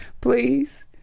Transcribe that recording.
please